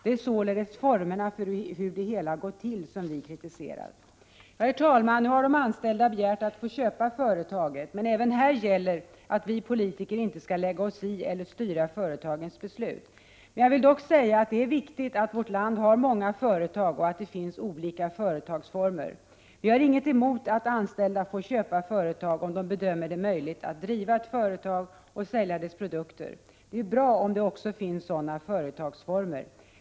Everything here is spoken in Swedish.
Det är således formerna för det hela som vi kritiserar. Herr talman! Nu har de anställda begärt att få köpa företaget. Även här gäller att vi politiker inte skall lägga oss i eller styra företagens beslut. Jag vill dock säga att det är viktigt att vårt land har många företag och att det finns olika företagsformer. Vi har inget emot att anställda får köpa företag om de bedömer det möjligt att driva företaget och sälja dess produkter. Det är bra om det också finns sådana företagsformer.